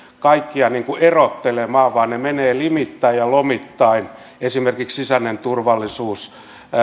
kaikkia erottelemaan vaan ne menevät limittäin ja lomittain esimerkiksi sisäinen turvallisuus